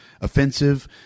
offensive